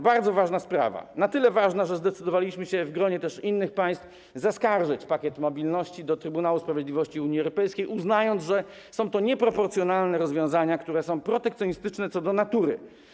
Bardzo ważna sprawa, na tyle ważna, że zdecydowaliśmy się w gronie też innych państw zaskarżyć pakiet mobilności do Trybunału Sprawiedliwości Unii Europejskiej, uznając, że są to nieproporcjonalne rozwiązania, które są protekcjonistyczne co do natury.